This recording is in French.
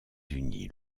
unis